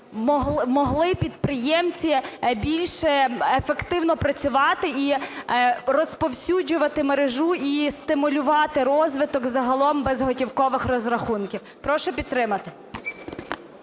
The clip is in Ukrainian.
могли підприємці більш ефективно працювати і розповсюджувати мережу і стимулювати розвиток загалом безготівкових розрахунків. Прошу підтримати.